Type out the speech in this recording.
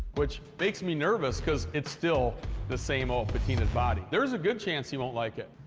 which makes me nervous, cause it's still the same old patina'd body. there's a good chance he won't like it.